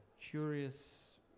curious